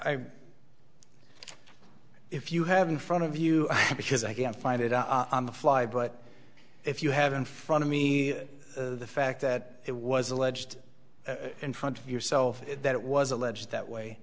i if you have in front of you because i can't find it on the fly but if you have in front of me the fact that it was alleged in front of yourself that it was alleged that way